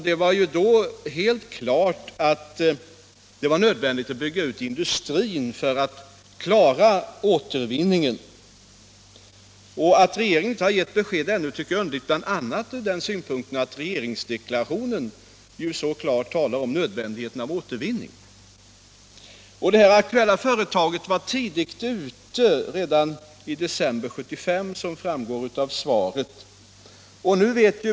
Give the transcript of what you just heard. Det stod då helt klart att det var nödvändigt att bygga ut industrin för att klara återvinningen. Att regeringen inte har gett besked ännu tycker jag är underligt, bl.a. från den synpunkten att regeringsdeklarationen så klart talar om nödvändigheten av återvinning. Det aktuella företaget var tidigt ute — redan i december 1975, som framgår av svaret.